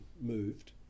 moved